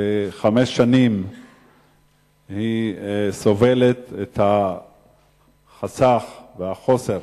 שחמש שנים סובלת את החסך והחוסר,